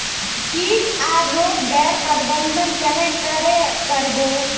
किट आर रोग गैर प्रबंधन कन्हे करे कर बो?